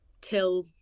till